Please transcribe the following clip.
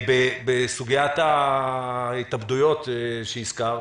בסוגיית ההתאבדויות שהזכרת,